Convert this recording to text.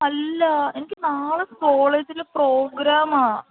അല്ല എനിക്ക് നാളെ കോളേജിൽ പ്രോഗ്രാമാണ്